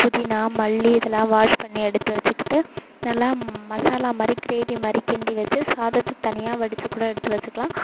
புதினா மல்லி இதுலாம் வாஷ் பண்ணி எடுத்து வச்சுக்கிட்டு நல்லா மசாலா மாதிரி கிரேவி மாதிரி கிண்டி வச்சு சாதத்தை தனியாக வடிச்சுக்கூட எடுத்து வச்சுக்கலாம்